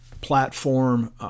platform